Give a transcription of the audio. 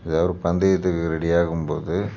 எதாது ஒரு பந்தயத்துக்கு ரெடியாகும் போது